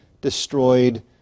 destroyed